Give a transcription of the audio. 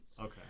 Okay